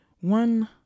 one